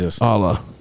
Allah